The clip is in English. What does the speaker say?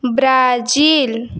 Brazil